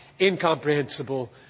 incomprehensible